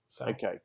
Okay